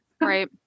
Right